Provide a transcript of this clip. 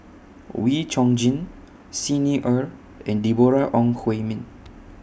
Wee Chong Jin Xi Ni Er and Deborah Ong Hui Min